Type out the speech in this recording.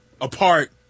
apart